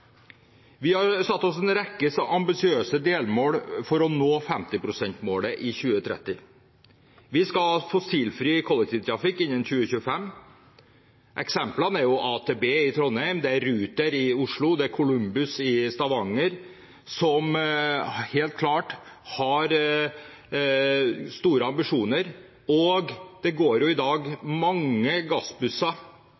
Vi har satt oss en rekke ambisiøse delmål for å nå 50 pst.-målet i 2030. Vi skal ha fossilfri kollektivtrafikk innen 2025. Eksemplene er AtB i Trondheim, Ruter i Oslo og Kolumbus i Stavanger, som helt klart har store ambisjoner. Det går i dag